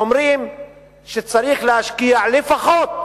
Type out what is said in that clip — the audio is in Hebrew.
אומרים שצריך להשקיע לפחות